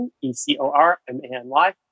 E-C-O-R-M-A-N-Y